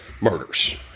murders